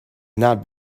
not